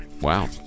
Wow